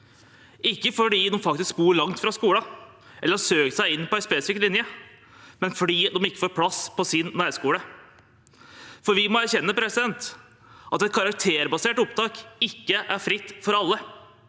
ikke fordi de bor langt fra skolen eller har søkt seg inn på en spesifikk linje, men fordi de ikke får plass på sin nærskole. Vi må erkjenne at et karakterbasert opptak ikke er fritt for alle.